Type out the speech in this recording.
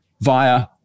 via